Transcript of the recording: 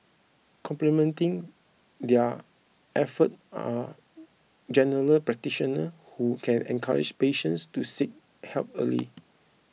complementing their effort are general practitioner who can encourage patients to seek help early